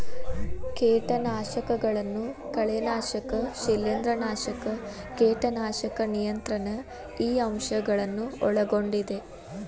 ಕೇಟನಾಶಕಗಳನ್ನು ಕಳೆನಾಶಕ ಶಿಲೇಂಧ್ರನಾಶಕ ಕೇಟನಾಶಕ ನಿಯಂತ್ರಣ ಈ ಅಂಶ ಗಳನ್ನು ಒಳಗೊಂಡಿದೆ